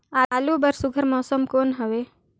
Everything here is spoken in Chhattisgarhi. आलू बर सुघ्घर मौसम कौन हवे?